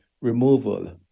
removal